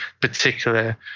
particular